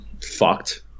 fucked